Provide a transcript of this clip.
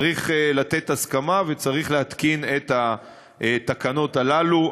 צריך לתת הסכמה וצריך להתקין את התקנות הללו.